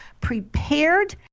prepared